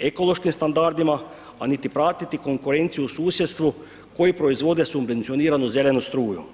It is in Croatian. ekološkim standardima a niti pratiti konkurenciju u susjedstvu koji proizvode subvencioniranu zelenu struju.